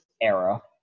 era